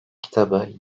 kitabı